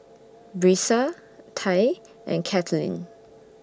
Brisa Tye and Katelyn